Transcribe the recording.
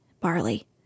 Barley